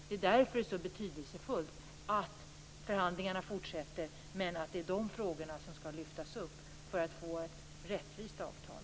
Det är därför det är så betydelsefullt att förhandlingarna fortsätter och att det är de frågorna som lyfts upp för att man skall få ett rättvist avtal.